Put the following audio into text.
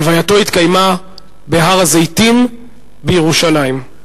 הלווייתו התקיימה בהר-הזיתים בירושלים.